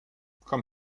komm